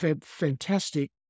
fantastic